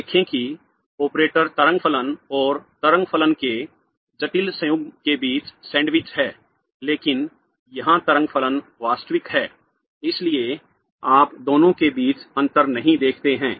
देखें कि ऑपरेटर तरंग फलन और तरंग फलन के जटिल संयुग्म के बीच सैंडविच है लेकिन यहां तरंग फलन वास्तविक है इसलिए आप दोनों के बीच अंतर नहीं देखते हैं